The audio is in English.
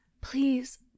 Please